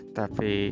tapi